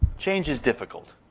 change is difficult,